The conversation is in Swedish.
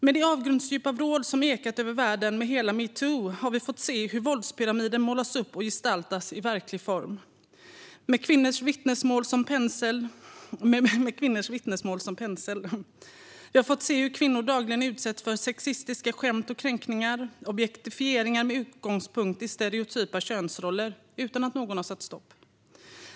Med det avgrundsdjupa vrål som ekat över världen med hela metoo har vi fått se hur våldspyramiden målats upp och gestaltats i verklig form med kvinnors vittnesmål som pensel. Vi har fått se hur kvinnor dagligen utsätts för sexistiska skämt, kränkningar och objektifieringar med utgångspunkt i stereotypa könsroller utan att någon sätter stopp.